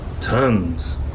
Tons